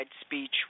speech